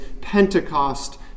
Pentecost